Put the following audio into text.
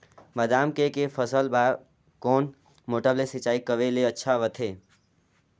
बादाम के के फसल बार कोन मोटर ले सिंचाई करे ले अच्छा रथे?